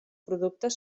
productes